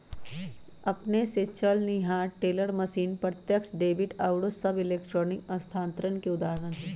अपने स चलनिहार टेलर मशीन, प्रत्यक्ष डेबिट आउरो सभ इलेक्ट्रॉनिक स्थानान्तरण के उदाहरण हइ